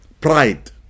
Pride